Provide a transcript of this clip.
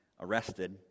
arrested